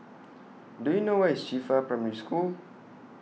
Do YOU know Where IS Qifa Primary School